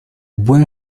buen